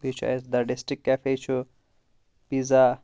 بیٚیہِ چھُ اسہِ د ڈسٹرک کیفے چھُ پیٖزا